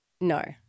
No